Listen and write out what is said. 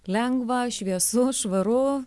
lengva šviesu švaru